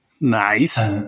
Nice